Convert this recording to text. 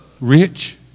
rich